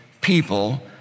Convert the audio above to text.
people